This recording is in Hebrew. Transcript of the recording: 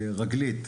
רגלית.